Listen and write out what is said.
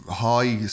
high